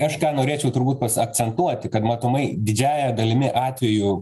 aš ką norėčiau turbūt pas akcentuoti kad matomai didžiąja dalimi atvejų